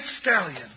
stallion